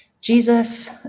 Jesus